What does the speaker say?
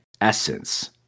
essence